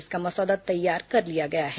इसका मसौदा तैयार कर लिया गया है